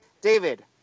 David